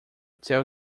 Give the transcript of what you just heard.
tell